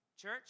Church